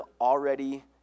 already